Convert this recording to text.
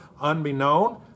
unbeknown